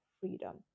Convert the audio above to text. freedom